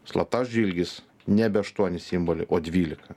slaptažodžio ilgis nebe aštuoni simboliai o dvylika